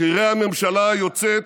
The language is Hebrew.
בכירי הממשלה היוצאת,